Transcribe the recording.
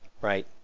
Right